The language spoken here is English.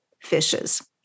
fishes